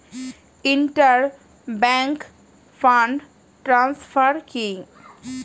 Inter bank fund transfer কি?